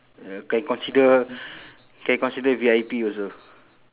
ya can consider can consider V_I_P also